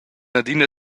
adina